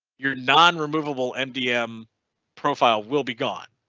your nonremovable mdm profile will be gone.